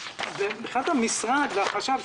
מבחינת המשרד והחשב,